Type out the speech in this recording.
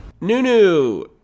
NuNu